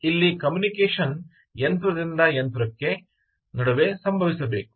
ಇಲ್ಲಿ ಕಮ್ಯುನಿಕೇಶನ್ ಯಂತ್ರದಿಂದ ಯಂತ್ರಕ್ಕೆ ನಡುವೆ ಸಂಭವಿಸಬೇಕು